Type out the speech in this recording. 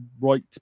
right